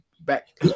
back